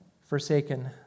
forsaken